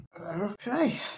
Okay